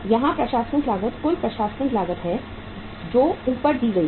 यहां प्रशासनिक लागत कुल प्रशासनिक लागत है जो ऊपर दी गई है